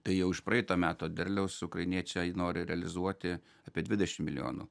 tai jau iš praeito meto derliaus ukrainiečiai nori realizuoti apie dvidešim milijonų